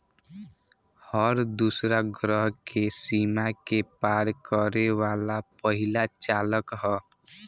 हर दूसरा ग्रह के सीमा के पार करे वाला पहिला चालक ह